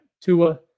Tua